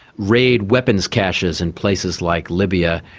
raid weapons caches in places like libya,